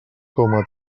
coma